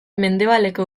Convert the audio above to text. mendebaleko